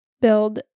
build